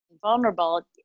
vulnerable